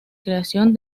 creación